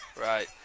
Right